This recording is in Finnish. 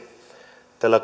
tällä